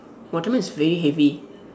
watermelon is very heavy